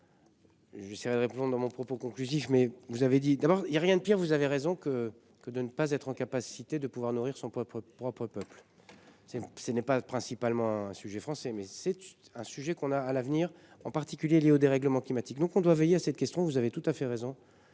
mais Riou. J'essaierai de répression dans mon propos conclusif. Mais vous avez dit d'abord, il y a rien de pire. Vous avez raison. Que que de ne pas être en capacité de pouvoir nourrir son propre propre peuple. C'est ce n'est pas principalement un sujet français mais c'est un sujet qu'on a à l'avenir en particulier lié au dérèglement climatique. Donc on doit veiller à cette question, vous avez tout à fait raison.